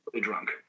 Drunk